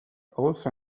also